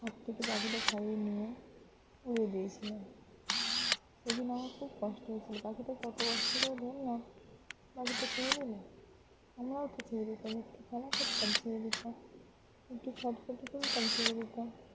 হাত থেকে পাখিটা ছাড়িয়ে নিয়ে উড়িয়ে দিয়েছিল সেই জন্য আমার খুব কষ্ট হয়েছিলো পাখিটা কত কষ্ট করে ধরলাম পাখিটা ছেড়ে দিল আমিও তো ছেড়ে দিতে পারতাম ছেড়ে দিতাম একটু করতাম তারপর ছেড়ে দিতাম